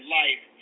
life